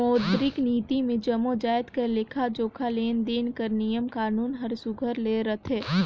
मौद्रिक नीति मे जम्मो जाएत कर लेखा जोखा, लेन देन कर नियम कानून हर सुग्घर ले रहथे